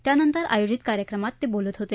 त्यानंतर आयोजित कार्यक्रमात ते बोलत होते